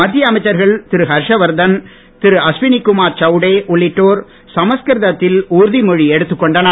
மத்திய அமைச்சர்கள் திரு ஹர்ஷவர்தன் திரு அஸ்வினிகுமார் சவ்டே உள்ளிட்டோர் சமஸ்கிருதத்தில் உறுதிமொழி எடுத்துக் கொண்டனர்